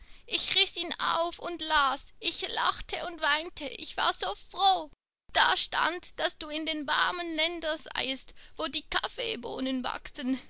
ich riß ihn auf und las ich lachte und weinte ich war so froh da stand daß du in den warmen ländern seiest wo die kaffeebohnen wachsen